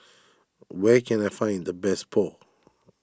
where can I find the best Pho